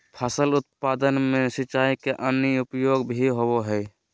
फसल उत्पादन में सिंचाई के अन्य उपयोग भी होबय हइ